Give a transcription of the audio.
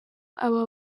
aba